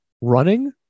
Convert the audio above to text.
running